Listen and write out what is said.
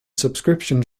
subscription